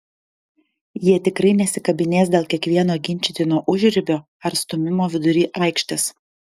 jie tikrai nesikabinės dėl kiekvieno ginčytino užribio ar stūmimo vidury aikštės